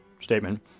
statement